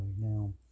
Now